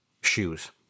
shoes